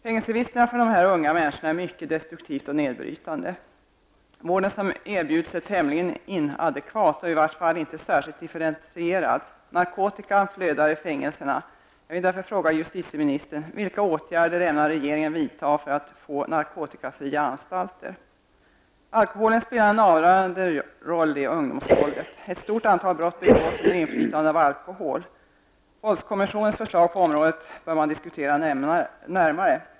Fängelsevistelserna för dessa unga människor är mycket destruktiva och nedbrytande. Vården som erbjuds är tämligen inadekvat och i varje fall inte särskilt differentierad. Narkotikan flödar i fängelserna. Jag vill därför fråga justitieministern: Alkoholen spelar en avgörande roll i ungdomsvåldet. Ett stort antal brott begås under inflytande av alkohol. Våldskommissionens förslag på området bör diskuteras närmare.